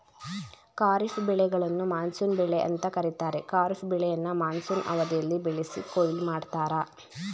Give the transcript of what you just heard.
ಖಾರಿಫ್ ಬೆಳೆಗಳನ್ನು ಮಾನ್ಸೂನ್ ಬೆಳೆ ಅಂತ ಕರೀತಾರೆ ಖಾರಿಫ್ ಬೆಳೆಯನ್ನ ಮಾನ್ಸೂನ್ ಅವಧಿಯಲ್ಲಿ ಬೆಳೆಸಿ ಕೊಯ್ಲು ಮಾಡ್ತರೆ